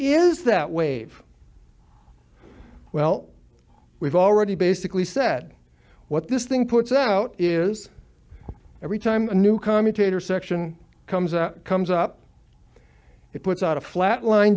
is that wave well we've already basically said what this thing puts out is every time a new commutator section comes out comes up it puts out a flat line